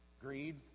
greed